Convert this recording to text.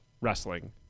wrestling